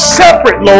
separate